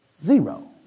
zero